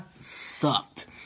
sucked